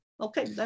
Okay